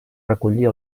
recollir